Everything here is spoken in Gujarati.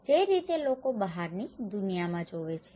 જે રીતે લોકો બહારની દુનિયામાં જુએ છે